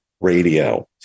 radio